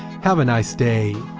have a nice day.